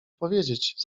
powiedzieć